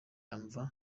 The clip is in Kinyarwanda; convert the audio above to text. imva